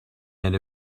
and